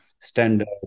standard